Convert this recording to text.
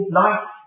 life